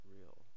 real